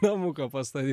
namuką pastatyt